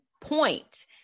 point